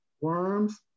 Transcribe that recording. worms